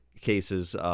cases